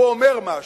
או אומר משהו,